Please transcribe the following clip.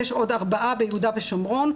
יש עוד ארבעה ביהודה ושומרון,